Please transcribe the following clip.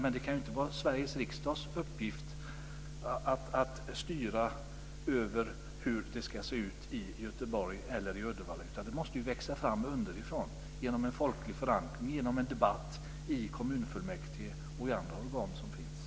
Men det kan ju inte vara Sveriges riksdags uppgift att styra över hur det ska se ut i Göteborg eller i Uddevalla. Det måste växa fram underifrån genom en folklig förankring, genom en debatt i kommunfullmäktige och i andra organ som finns.